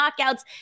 Knockouts